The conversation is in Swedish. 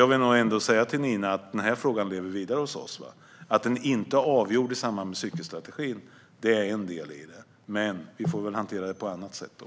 Jag vill nog ändå säga till Nina att den här frågan lever vidare hos oss. Att den inte är avgjord i samband med cykelstrategin är en del i det, men vi får väl hantera det på annat sätt då.